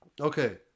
okay